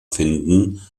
finden